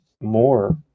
more